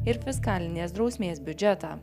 ir fiskalinės drausmės biudžetą